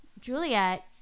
Juliet